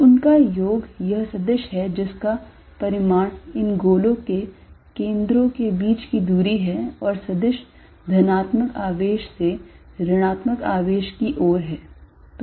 तो उनका योग यह सदिश है जिसका परिमाण इन गोलों के केंद्रों के बीच की दूरी है और सदिश धनात्मक आवेश से ऋणात्मक आवेश की ओर है